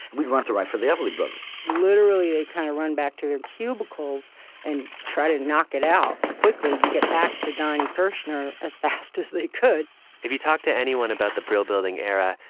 we want to write for the everly brothers literally, they kind of run back to their cubicles and try to knock it out quickly and get back to donny kershner as fast as they could if you talk to anyone about the brill building era,